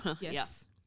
Yes